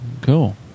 Cool